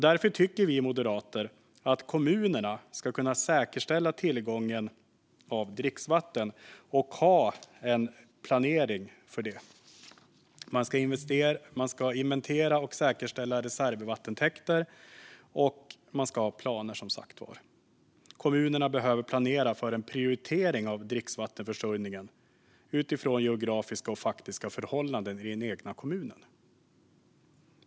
Därför tycker vi moderater att kommunerna ska kunna säkerställa tillgången till dricksvatten och ha en planering för det. Man ska inventera och säkerställa reservvattentäkter, och man ska ha planer. Kommunerna behöver planera för en prioritering av dricksvattenförsörjningen utifrån geografiska och faktiska förhållanden i den egna kommunen.